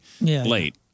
late